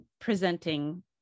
presenting